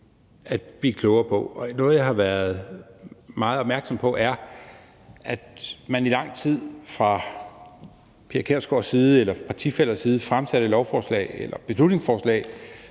at blive klogere på. Noget, jeg har været meget opmærksom på, er, at man i lang tid fra fru Pia Kjærsgaards side eller fra partifællers side fremsatte beslutningsforslag